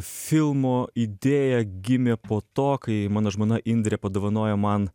filmo idėja gimė po to kai mano žmona indrė padovanojo man